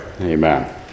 Amen